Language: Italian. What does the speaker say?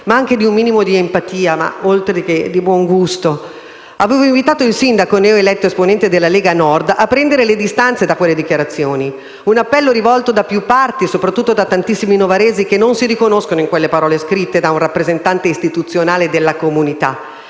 ma anche di un minimo di empatia, oltre che di buongusto. Avevo invitato il sindaco neoeletto, esponente della Lega Nord, a prendere le distanze da quelle dichiarazioni; un appello rivolto da più parti, soprattutto da tantissimi novaresi che non si riconoscono in quelle parole scritte da un rappresentate istituzionale della comunità.